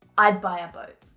i'd buy a boat.